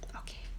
okay